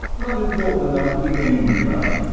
not important enough to be angry about.